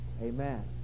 Amen